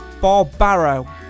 Barbaro